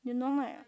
you don't like ah